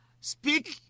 Speak